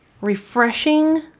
refreshing